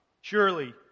Surely